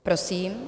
Prosím.